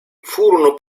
furono